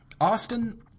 Austin